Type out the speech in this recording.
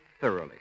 thoroughly